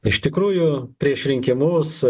iš tikrųjų prieš rinkimus